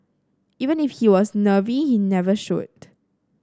even if he was nervy it never showed